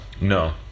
No